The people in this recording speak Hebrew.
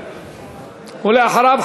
ואחריו,